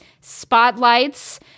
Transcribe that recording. spotlights